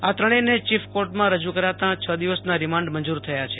આ ત્રણેયને ચીફ કોર્ટમાં રજૂ કરાતાં છ દિવસના રિમાન્ડ મંજૂર થયા છે